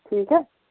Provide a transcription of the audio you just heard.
ठीक ऐ